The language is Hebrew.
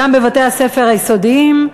גם בבתי-הספר היסודיים,